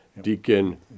Deacon